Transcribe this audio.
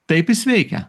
taip jis veikia